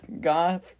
Goth